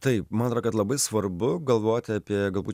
taip man atrodo kad labai svarbu galvoti apie galbūt